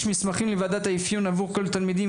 מסמכים לוועדת האפיון עבור כל התלמידים.